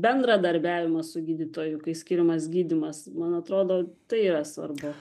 bendradarbiavimas su gydytoju kai skiriamas gydymas man atrodo tai yra svarbu